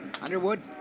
Underwood